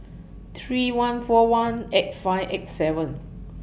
three one four one eight five eight seven